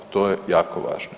To je jako važno.